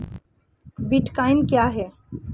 Bitcoin क्या है?